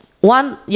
One